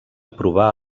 provar